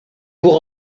pour